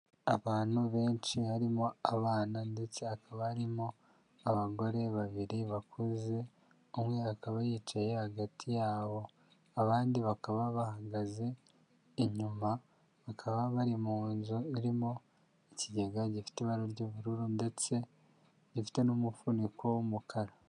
Abantu benshi Harimo abana ndetse hakaba arimo abagore babiri bakuze, umwe akaba yicaye hagati yabo, abandi bakaba bahagaze inyuma bakaba bari mu nzu irimo ikigega gifite ibara ry'ubururu ndetse rifite n'umufuniko w'umukara.